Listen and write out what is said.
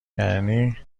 یعنی